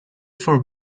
for